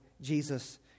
Jesus